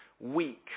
weak